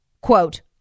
quote